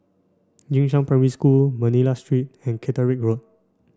Jing Shan Primary School Manila Street and Caterick Road